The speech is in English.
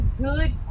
good